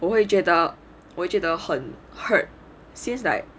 我会觉得我会觉得很 hurt since like